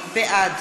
בעד